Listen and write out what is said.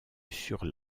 sur